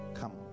come